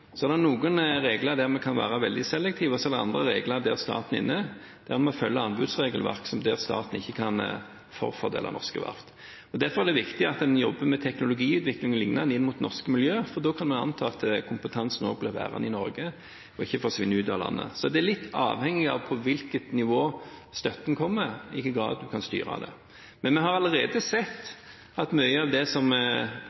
er noen regler som vi kan være veldig selektive med hensyn til, og så er det andre regler, der staten er inne, der vi må følge anbudsregelverk om at staten ikke kan prioritere norske verft. Derfor er det viktig at en jobber med teknologiutvikling o.l. inn mot norske miljøer, for da kan en anta at kompetansen blir værende i Norge og ikke forsvinner ut av landet. Så det er litt avhengig av på hvilket nivå støtten kommer, når det gjelder i hvilken grad vi kan styre det. Men vi har allerede